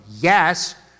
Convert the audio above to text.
Yes